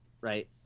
right